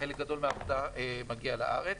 חלק גדול מהעבודה מגיע לארץ.